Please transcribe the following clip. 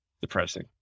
depressing